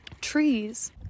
Trees